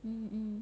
um